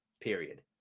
Period